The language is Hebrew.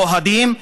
האוהדים,